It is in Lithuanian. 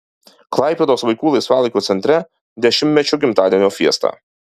klaipėdos vaikų laisvalaikio centre dešimtmečio gimtadienio fiesta